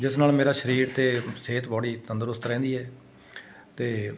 ਜਿਸ ਨਾਲ ਮੇਰਾ ਸਰੀਰ ਅਤੇ ਸਿਹਤ ਬੋਡੀ ਤੰਦਰੁਸਤ ਰਹਿੰਦੀ ਹੈ ਅਤੇ